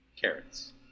carrots